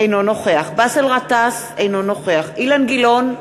אינו נוכח באסל גטאס, אינו נוכח אילן גילאון,